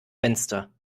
fenster